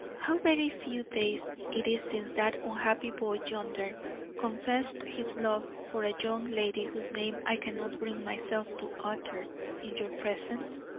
how very few days it is since that unhappy boy yonder confessed his love for a young lady whose name i cannot bring myself to utter in your presence?